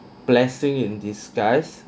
blessing in disguise